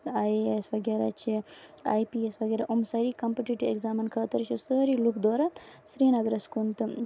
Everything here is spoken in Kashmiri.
آئی اے ایس وغیرہ چھِ آئی پی ایس وغیرہ أمۍ کَمپٔٹیٹِیو اٮ۪کزامَن خٲطرٕ چھِ سٲری دوران سری نگرس کُن تہٕ